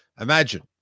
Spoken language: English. Imagine